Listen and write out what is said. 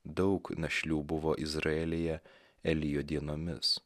daug našlių buvo izraelyje elijo dienomis